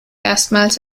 erstmals